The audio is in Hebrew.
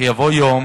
שיבוא יום